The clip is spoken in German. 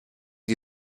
die